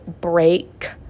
break